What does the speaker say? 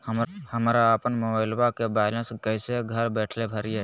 हमरा अपन मोबाइलबा के बैलेंस कैसे घर बैठल भरिए?